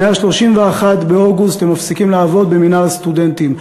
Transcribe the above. מ-31 באוגוסט הם מפסיקים לעבוד במינהל הסטודנטים.